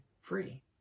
free